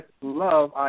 love